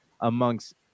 amongst